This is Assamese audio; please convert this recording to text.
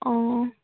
অঁ